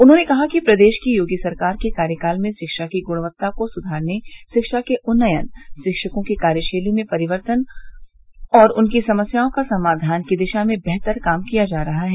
उन्होंने कहा कि प्रदेश की योगी सरकार के कार्यकाल में शिक्षा की गृणवत्ता को सुधारने शिक्षा के उन्नयन शिक्षकों की कार्यशैली में परिवर्तन और उनकी समस्याओं के समाधान की दिशा में बेहतर काम किया जा रहा है